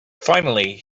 finally